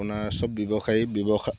আপোনাৰ সব ব্যৱসায়ী ব্য়ৱসা